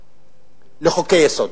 לחוקי-יסוד.